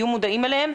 יהיו מודעים אליהם,